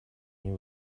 این